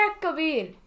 Kabir